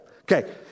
Okay